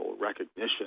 recognition